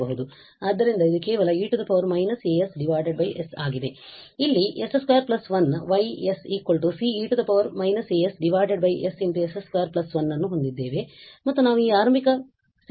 ಆದ್ದರಿಂದ ಇಲ್ಲಿ s 2 1Y C e −as ss 21 ಅನ್ನು ಹೊಂದಿದ್ದೇವೆ ಮತ್ತು ನಾವು ಈ ಆರಂಭಿಕ ಸ್ಥಿತಿಯನ್ನು y′ ಅನ್ನು 1 ಎಂದು ಬಳಸಿದ್ದೇವೆ